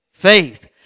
Faith